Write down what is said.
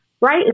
right